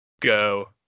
Go